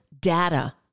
data